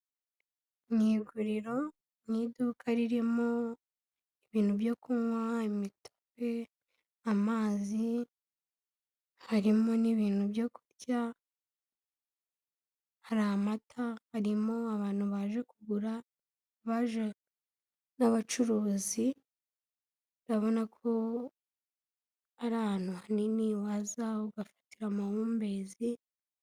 Mu iguriro mu iduka ririmo ibintu byo kunywa imitobe, amazi, harimo n'ibintu byo kurya, hari amata, harimo abantu baje kugura, n'abacuruzi urabona ko ari ahantu hanini waza ugafatira amahumbezi.